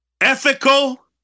ethical